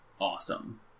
awesome